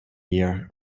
year